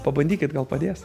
pabandykit gal padės